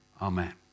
Amen